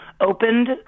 opened